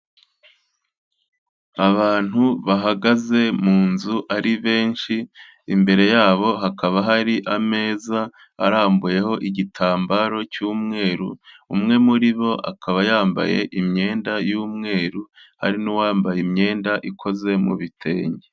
Abantu bahagaze mu nzu ari benshi, imbere yabo hakaba hari ameza arambuyeho igitambaro cy'umweru, umwe muri bo akaba yambaye imyenda y'umweru, hari n'uwambaye imyenda ikoze mu bitenge.